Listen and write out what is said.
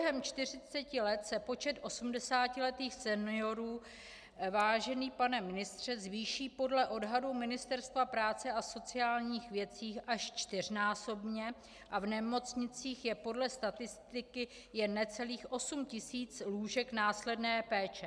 Během 40 let se počet 80letých seniorů, vážený pane ministře, zvýší podle odhadu Ministerstva práce a sociálních věcí až čtyřnásobně a v nemocnicích je podle statistiky jen necelých osm tisíc lůžek následné péče.